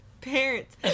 parents